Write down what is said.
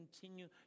continue